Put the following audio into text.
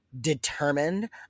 determined